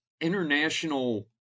international